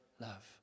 love